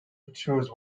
choose